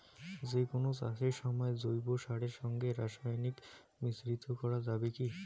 যে কোন চাষের সময় জৈব সারের সঙ্গে রাসায়নিক মিশ্রিত করা যাবে কি?